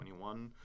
21